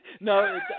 No